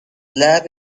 lab